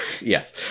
Yes